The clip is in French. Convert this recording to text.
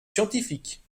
scientifiques